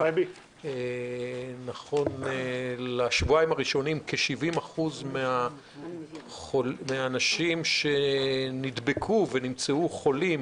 נכון לשבועיים הראשונים כ-70% מהאנשים שנדבקו ונמצאו חולים